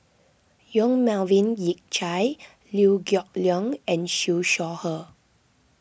Yong Melvin Yik Chye Liew Geok Leong and Siew Shaw Her